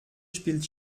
spielt